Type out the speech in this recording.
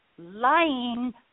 lying